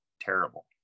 terrible